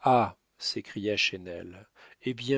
ah s'écria chesnel eh